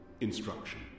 instruction